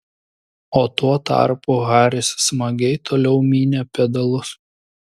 o tuo tarpu haris smagiai toliau mynė pedalus